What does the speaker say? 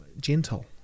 gentle